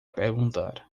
perguntar